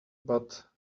but